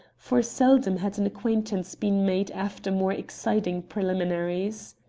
for seldom had an acquaintance been made after more exciting preliminaries.